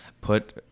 put